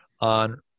on